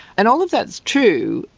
and all of that's true,